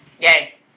Yay